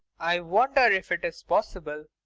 i wonder if it's possible.